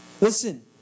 Listen